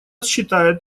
считает